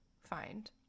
find